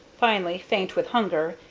finally, faint with hunger,